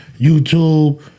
YouTube